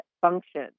function